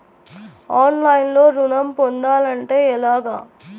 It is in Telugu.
ఆన్లైన్లో ఋణం పొందాలంటే ఎలాగా?